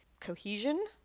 cohesion